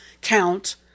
count